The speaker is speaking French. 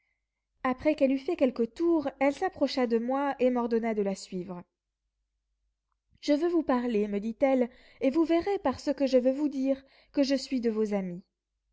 après qu'elle eut fait quelques tours elle s'approcha de moi et m'ordonna de la suivre je veux vous parler me dit-elle et vous verrez par ce que je veux vous dire que je suis de vos amies